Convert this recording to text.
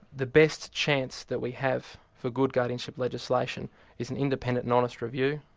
the best chance that we have for good guardianship legislation is an independent and honest review,